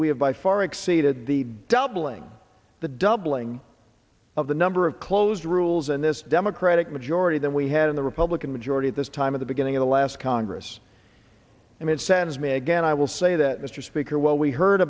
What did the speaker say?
we have by far exceeded the doubling the doubling of the number of close rules in this democratic majority that we had in the republican majority at this time of the beginning of the last congress and it sends me again i will say that mr speaker well we heard